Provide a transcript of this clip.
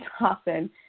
often